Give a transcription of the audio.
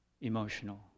emotional